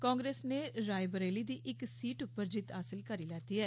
कांग्रेस नै रायबरेली दी इक सीट उप्पर जित्त हासल करी लैती ऐ